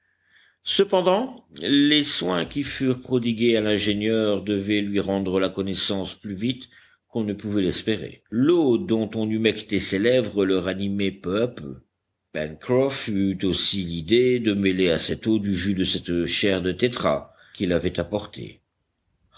cependant les soins qui furent prodigués à l'ingénieur devaient lui rendre la connaissance plus vite qu'on ne pouvait l'espérer l'eau dont on humectait ses lèvres le ranimait peu à peu pencroff eut aussi l'idée de mêler à cette eau du jus de cette chair de tétras qu'il avait apportée